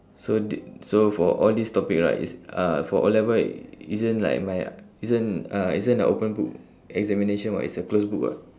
so d~ so for all these topic right it's uh for O level isn't like my uh isn't uh isn't a open book examination [what] it's a closed book [what]